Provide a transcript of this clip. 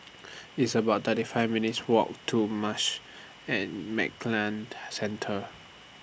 It's about thirty five minutes' Walk to Marsh and McLennan Centre